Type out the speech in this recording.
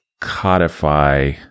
codify